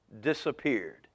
disappeared